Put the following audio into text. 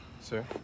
Sir